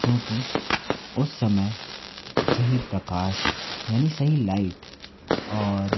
क्योंकि उस समय सही प्रकाश यानि सही लाइट और